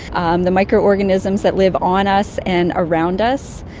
um the microorganisms that live on us and around us.